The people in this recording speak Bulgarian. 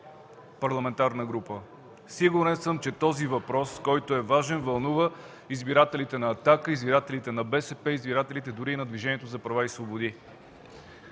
парламентарна група. Сигурен съм, че този въпрос, който е важен, вълнува избирателите на „Атака”, избирателите на БСП, избирателите дори на Движението за права и свободи.